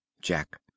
Jack